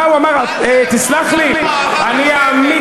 מה הוא אמר, אל תלמדו אותנו אהבת מולדת.